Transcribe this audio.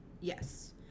yes